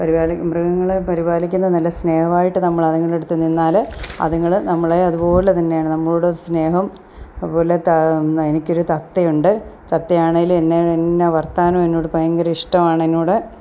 പരിപാലി മൃഗങ്ങളെ പരിപാലിക്കുന്ന നല്ല സ്നേഹമായിട്ട് നമ്മളിതുങ്ങളുടെ അടുത്തു നിന്നാൽ അതുങ്ങൾ നമ്മളെ അതുപോലെ തന്നെയാണ് നമ്മളോടു സ്നേഹം അതുപോലെ ത എനിക്കൊരു തത്തയുണ്ട് തത്തയാണേൽ എന്നെ എന്നാ വർത്താനവും എന്നോടു ഭയങ്കര ഇഷ്ടമാണ് എന്നോട്